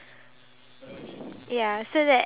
oh wait it's a cardboard